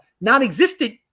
non-existent